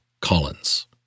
Collins